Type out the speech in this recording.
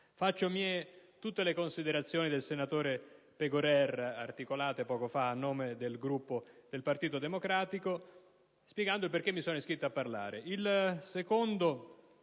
Faccio mie tutte le considerazione del senatore Pegorer, articolate poco fa a nome del Gruppo del Partito Democratico, spiegando perché mi sono iscritto a parlare